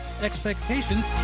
expectations